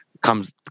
comes